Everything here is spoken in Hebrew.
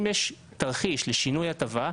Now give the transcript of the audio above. אם יש תרחיש לשינוי הטבה,